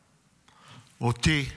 אותי,